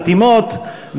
חתימות,